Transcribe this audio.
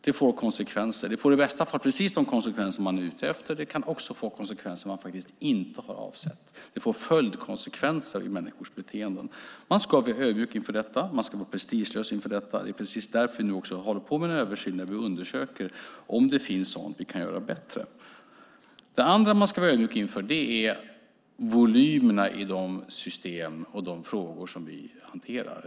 Det får konsekvenser. I bästa fall får det precis de konsekvenser man är ute efter, men det kan också få konsekvenser som man inte har avsett. Det får följdkonsekvenser i människors beteenden. Man ska vara ödmjuk och man ska vara prestigelös inför detta. Det är därför vi nu gör en översyn där vi undersöker om det finns sådant som vi kan göra bättre. Det andra man ska vara ödmjuk inför är volymerna i de system och de frågor som vi hanterar.